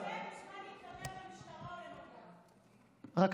מי שרוצה מוזמן להתנדב למשטרה או למג"ב, לא